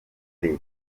leta